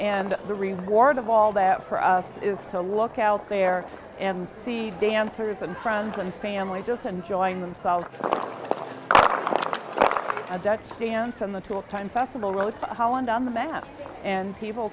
and the reward of all that for us is to look out there and see dancers and friends and family just enjoying themselves adult stance on the total time festival of holland on the map and people